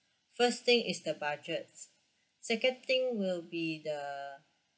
first thing is the budgets second thing will be the